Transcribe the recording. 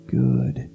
good